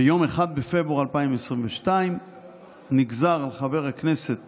ביום אחד בפברואר 2022 נגזר על חבר הכנסת